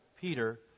peter